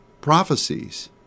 prophecies